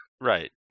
Right